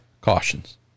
cautions